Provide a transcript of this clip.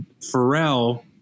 Pharrell